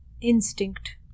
instinct